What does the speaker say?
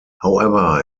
however